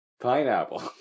Pineapple